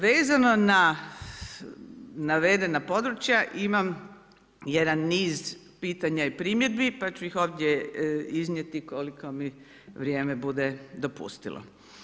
Vezano na navedena područja, imam jedan niz pitanja i primjeni, pa ću ovdje iznijeti, koliko mi vrijeme bude dopustilo.